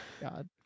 God